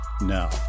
Now